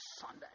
Sunday